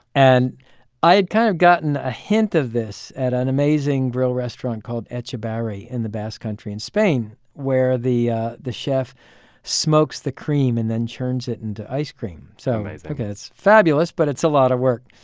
and i had kind of gotten a hint of this at an amazing grill restaurant called etxebarri in the basque country in spain, where the the chef smokes the cream and then churns it into ice cream so um like it's fabulous but it's a lot of work.